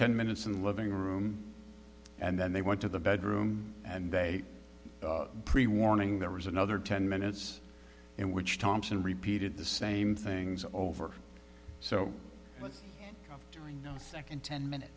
ten minutes in living room and then they went to the bedroom and they pre warning there was another ten minutes in which thompson repeated the same things over so during the second ten minutes